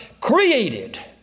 created